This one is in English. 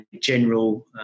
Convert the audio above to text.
general